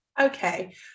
Okay